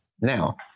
Now